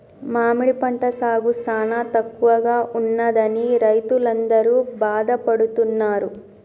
మామిడి పంట సాగు సానా తక్కువగా ఉన్నదని రైతులందరూ బాధపడుతున్నారు